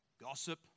gossip